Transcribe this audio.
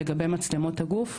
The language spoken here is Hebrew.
לגבי מצלמות הגוף.